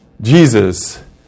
Jesus